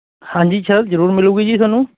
ਹਾਂਜੀ ਸ਼ਰ ਜ਼ਰੂਰ ਮਿਲੂਗੀ ਜੀ ਤੁਹਾਨੂੰ